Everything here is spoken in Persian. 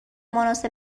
مناسب